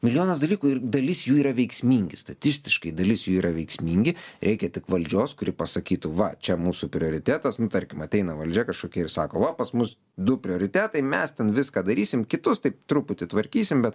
milijonas dalykų ir dalis jų yra veiksmingi statistiškai dalis jų yra veiksmingi reikia tik valdžios kuri pasakytų va čia mūsų prioritetas tarkim ateina valdžia kažkokia ir sako va pas mus du prioritetai mes ten viską darysim kitus taip truputį tvarkysim bet